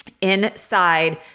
inside